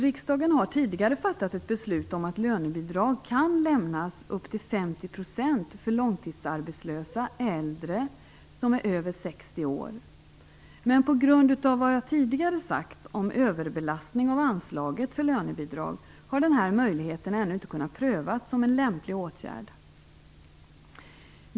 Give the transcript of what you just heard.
Riksdagen har tidigare fattat ett beslut om att lönebidrag kan lämnas upp till 50 % för långtidsarbetslösa äldre som är över 60 år, men på grund av den överbelastning av anslaget för lönebidrag som jag tidigare nämnde har denna möjlighet ännu inte kunnat prövas som en lämplig åtgärd.